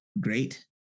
great